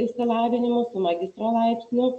išsilavinimu su magistro laipsniu